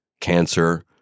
cancer